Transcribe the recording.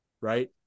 right